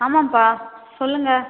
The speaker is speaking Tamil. ஆமாப்பா சொல்லுங்கள்